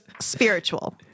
Spiritual